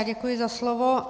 Děkuji za slovo.